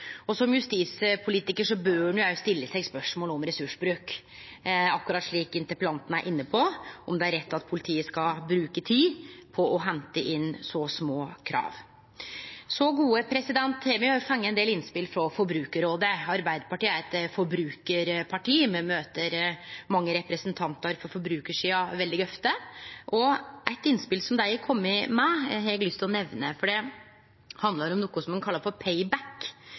Som justispolitikar bør ein òg stille spørsmål ved ressursbruken, akkurat slik interpellanten er inne på – om det er rett at politiet skal bruke tid på å hente inn så små krav. Me har òg fått ein del innspel frå Forbrukarrådet. Arbeidarpartiet er eit forbrukarparti. Me møter mange representantar frå forbrukarsida veldig ofte. Eit innspel som dei har kome med, har eg lyst til å nemne. Det handlar om noko ein kallar